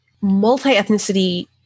Multi-ethnicity